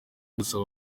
gusaba